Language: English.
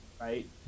right